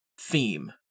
theme